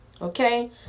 Okay